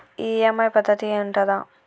EMI పద్ధతి ఉంటదా?